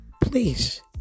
please